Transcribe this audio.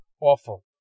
awful